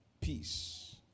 peace